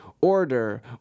Order